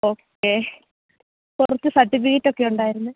okay കുറച്ച് സര്ട്ടിഫിക്കറ്റൊക്കെ ഉണ്ടായിരുന്നു